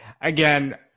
again